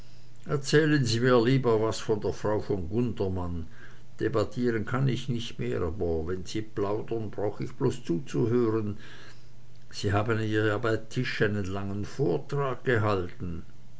erzählen sie mir lieber was von der frau von gundermann debattieren kann ich nicht mehr aber wenn sie plaudern brauch ich bloß zuzuhören sie haben ihr ja bei tisch nen langen vortrag gehalten